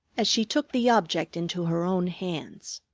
as she took the object into her own hands.